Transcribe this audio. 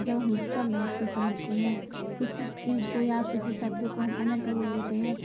जब हम उसका महत्व समझते हैं किसी चीज को या किसी शब्द को हम अनर्थ बोल देते हैं